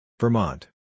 Vermont